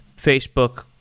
Facebook